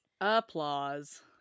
Applause